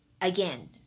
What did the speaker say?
again